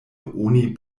oni